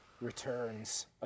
returns